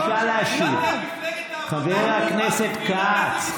חבר הכנסת כץ,